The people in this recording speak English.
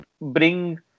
bring